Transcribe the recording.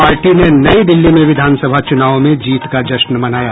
party ने नई दिल्ली में विधान सभा चुनावों में जीत का जश्न मनाया